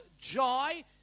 joy